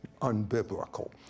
unbiblical